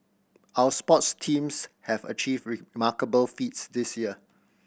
our sports teams have achieved remarkable feats this year